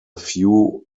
few